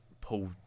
pull